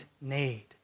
need